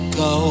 go